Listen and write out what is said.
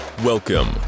Welcome